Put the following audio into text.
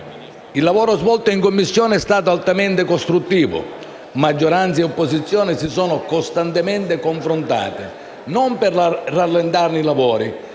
Il lavoro svolto in Commissione è stato altamente costruttivo: maggioranza e opposizione si sono costantemente confrontate non per rallentarne i lavori,